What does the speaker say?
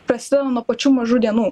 prasideda nuo pačių mažų dienų